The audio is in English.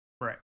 right